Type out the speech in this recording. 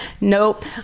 nope